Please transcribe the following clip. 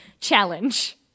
challenge